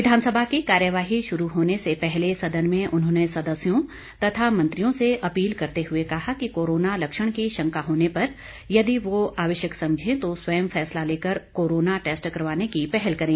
विधानसभा की कार्यवाही शुरू होने से पहले सदन में उन्होंने सदस्यों तथा मंत्रियों से अपील करते हुए कहा कि कोरोना लक्षण की शंका होने पर यदि वह आवश्यक समझें तो स्वयं फैसला लेकर कोरोना टेस्ट करवाने की पहल करें